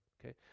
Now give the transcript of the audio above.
okay